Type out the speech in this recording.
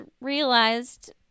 realized